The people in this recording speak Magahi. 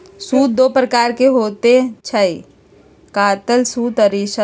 सूत दो प्रकार के होई छई, कातल सूत आ रेशा सूत